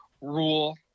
rule